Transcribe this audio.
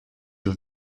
your